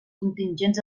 contingents